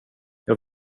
jag